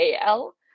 AL